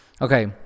okay